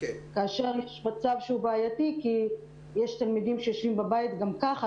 כאשר יש מצב שהוא בעייתי כי יש תלמידים שיושבים בבית גם כך,